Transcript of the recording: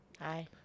Hi